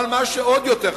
אבל מה שעוד יותר חשוב,